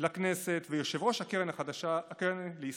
לכנסת ויושב-ראש הקרן החדשה לישראל.